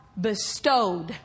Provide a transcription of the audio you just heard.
bestowed